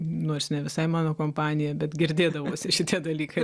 nors ne visai mano kompanija bet girdėdavosi šitie dalykai